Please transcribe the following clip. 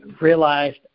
realized